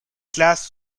classes